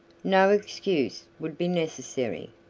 no excuse would be necessary,